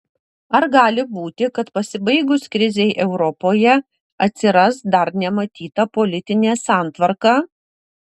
ar gali būti kad pasibaigus krizei europoje atsiras dar nematyta politinė santvarka